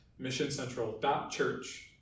missioncentral.church